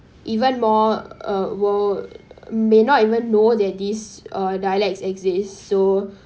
even more uh will may not even know that these uh dialects exist so